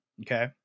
okay